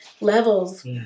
levels